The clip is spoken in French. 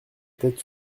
tête